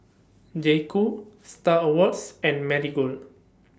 J Co STAR Awards and Marigold